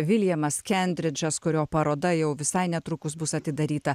viljamas kentridžas kurio paroda jau visai netrukus bus atidaryta